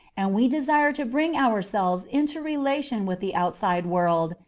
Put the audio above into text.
and we desire to bring ourselves into relation with the outside world,